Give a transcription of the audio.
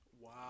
Wow